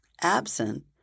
Absent